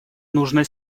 нужно